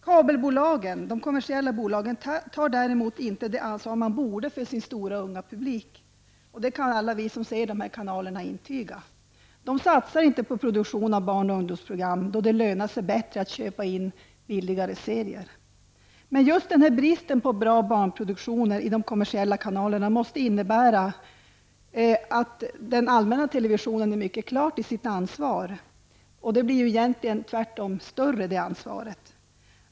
Kabelbolagen, de kommersiella bolagen, tar däremot inte det ansvar de borde ta för sin stora unga publik; det kan alla vi som har dessa kanaler intyga. De satsar inte på produktion av barn och ungdomsprogram, då det lönar sig bättre att köpa in billigare serier. Just denna brist på bra barnproduktioner i de kommersiella kanalerna gör att Sveriges Television måste vara mycket medvetet om sitt ansvar. Ansvaret blir ju större.